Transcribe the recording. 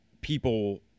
people